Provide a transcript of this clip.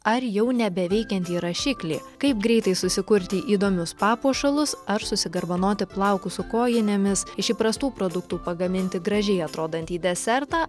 ar jau nebeveikiantį rašiklį kaip greitai susikurti įdomius papuošalus ar susigarbanoti plaukus su kojinėmis iš įprastų produktų pagaminti gražiai atrodantį desertą